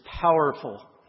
powerful